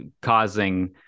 causing